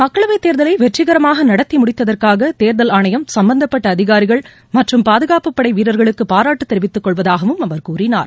மக்களவை தேர்தலை வெற்றிகரமாக நடத்தி முடித்ததற்காக தேர்தல் ஆணையம் சம்பந்தப்பட்ட அதிகாரிகள் மற்றும் பாதுகாப்பு படைவீரர்களுக்கு பாராட்டு தெரிவித்துக் கொள்வதாகவும் அவர் கூறினார்